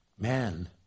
Man